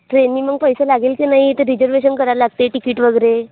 ट्रेननी मग पैसे लागेल क नाही ते रिजर्वेशन करायला लागते तिकीट वगैरे